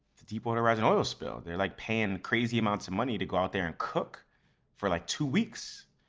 the deepwater horizon oil spill. they're like paying crazy amounts of money to go out there and cook for like two weeks.